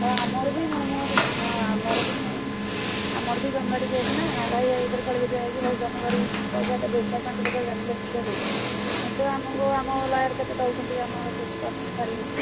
ହଁ ଆମର ବି ମୁଁ ବି ହଁ ଆମର ବି ମୁଁ ଆମର ବି ଜମି ବାଡ଼ି କେସ୍ ନା ଭାଇ ଭାଇ ଭିତରେ କଳିକଜିଆ ହେଇକି ବହୁତ ଜମି ବାଡ଼ି ପଇସା ଦେବେ ଚାରି ପାଞ୍ଚ ଲକ୍ଷ ଦେବେ କିନ୍ତୁ ଆମକୁ ଆମ ଲୟାର୍ କେତେ ଦେଉଛନ୍ତି ଆମ ଛାଡ଼ିକି